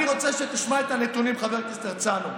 אני רוצה שתשמע את הנתונים, חבר הכנסת הרצנו.